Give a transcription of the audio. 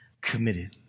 committed